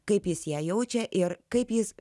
kaip jis ją jaučia ir kaip jis